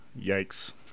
yikes